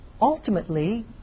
ultimately